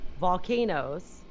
volcanoes